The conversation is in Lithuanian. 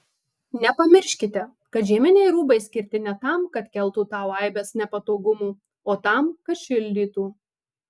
nepamirškite kad žieminiai rūbai skirti ne tam kad keltų tau aibes nepatogumų o tam kad šildytų